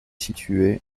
située